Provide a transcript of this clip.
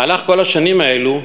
במהלך כל השנים האלו